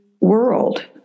world